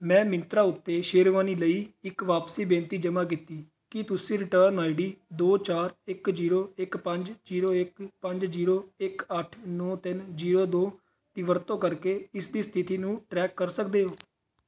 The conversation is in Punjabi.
ਮੈਂ ਮਿੰਤਰਾ ਉੱਤੇ ਸ਼ੇਰਵਾਨੀ ਲਈ ਇੱਕ ਵਾਪਸੀ ਬੇਨਤੀ ਜਮ੍ਹਾਂ ਕੀਤੀ ਕੀ ਤੁਸੀਂ ਰਿਟਰਨ ਆਈਡੀ ਦੋ ਚਾਰ ਇੱਕ ਜ਼ੀਰੋ ਇੱਕ ਪੰਜ ਜ਼ੀਰੋ ਇੱਕ ਪੰਜ ਜ਼ੀਰੋ ਇੱਕ ਅੱਠ ਨੌਂ ਤਿੰਨ ਜ਼ੀਰੋ ਦੋ ਦੀ ਵਰਤੋਂ ਕਰਕੇ ਇਸ ਦੀ ਸਥਿਤੀ ਨੂੰ ਟਰੈਕ ਕਰ ਸਕਦੇ ਹੋ